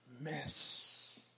mess